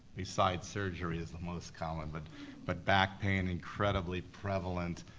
besides surgery, it's the most common, but but back pain, incredibly prevalent,